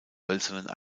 hölzernen